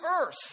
earth